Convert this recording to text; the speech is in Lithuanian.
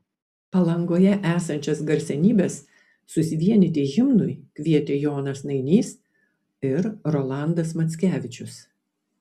palangoje esančias garsenybes susivienyti himnui kvietė jonas nainys ir rolandas mackevičius